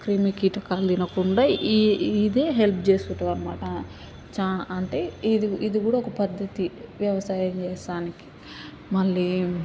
ఏ క్రిమికీటకాలు తినకుండా ఈ ఇదే హెల్ప్ చేస్తుంటది అనమాట చా అంటే ఇది ఇది కూడా ఒక పద్ధతి వ్యవసాయం చేయడానికి మళ్ళీ